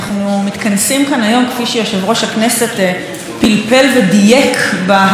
כפי שיושב-ראש הכנסת פלפל ודייק בהגדרות הפרלמנטריות,